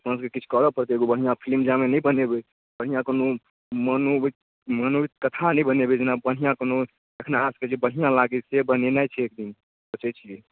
अपनसबके किछु करऽ पड़तै एगो बढ़िआँ फिलिम जामे नहि बनेबै बढ़िआँ कोनो मनो मनोवैज्ञानिक कथा नहि बनेबै जेना बढ़िआँ कोनो देखनिहारके जे बढ़िआँ लागै से बनेनाइ छै एकदिन सोचै छिए